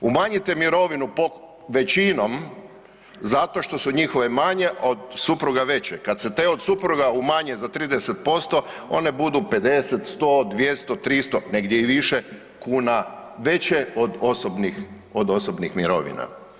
Umanjite mirovinu po većinom zato što su njihove manje, od supruga veće, kada se te od supruga umanje za 30% one budu 50, 100, 200, 300 negdje i više kuna veće od osobnih mirovina.